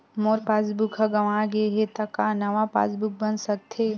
मोर passbook ह गंवा गे हे त का नवा पास बुक बन सकथे?